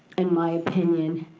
in my opinion,